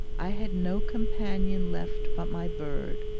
i had no companion left but my bird,